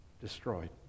destroyed